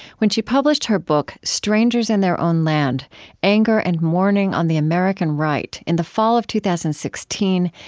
when she published her book strangers in their own land anger and mourning on the american right in the fall of two thousand and sixteen,